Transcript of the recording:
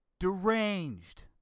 Deranged